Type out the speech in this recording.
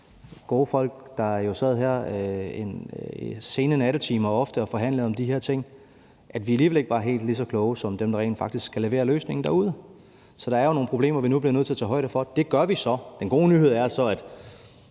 gode folk, der sad her i de ofte sene nattetimer og forhandlede om de her ting, alligevel ikke var helt lige så kloge som dem, der rent faktisk skal levere løsningen derude. Så der er jo nogle problemer, som vi nu bliver nødt til at tage højde for. Det gør vi så. Den gode nyhed er så, at